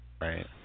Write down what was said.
Right